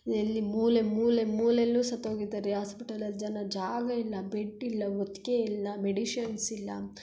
ಎಲ್ಲಿ ಮೂಲೆ ಮೂಲೆ ಮೂಲೇಲೂ ಸತ್ತೋಗಿದ್ದಾರೆ ಆಸ್ಪೆಟಲಲ್ಲಿ ಜನ ಜಾಗ ಇಲ್ಲ ಬೆಡ್ ಇಲ್ಲ ಹೊದ್ಕೆ ಇಲ್ಲ ಮೆಡಿಶನ್ಸ್ ಇಲ್ಲ